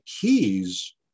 keys